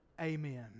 Amen